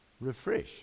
refresh